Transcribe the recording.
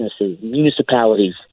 municipalities